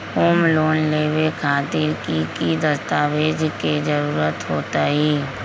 Home loan लेबे खातिर की की दस्तावेज के जरूरत होतई?